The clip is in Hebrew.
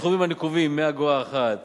סכומים הנקובים מאגורה אחת